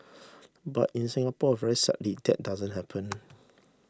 but in Singapore very sadly that doesn't happen